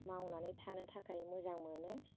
मावनानै थानो थाखाय मोजां मोनो